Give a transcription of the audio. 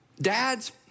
Dads